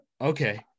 okay